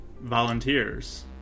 volunteers